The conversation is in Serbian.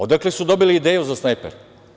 Odakle su dobili ideju za snajper?